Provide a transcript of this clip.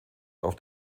auf